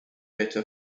better